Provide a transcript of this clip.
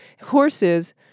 Horses